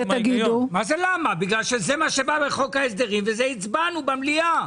מה זה למה?: זה מה שבא בחוק ההסדרים ועל זה הצבענו במליאה.